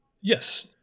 Yes